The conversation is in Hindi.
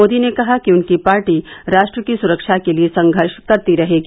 मोदी ने कहा कि उनकी पार्टी राष्ट्र की सुरक्षा के लिए संघर्ष करती रहेगी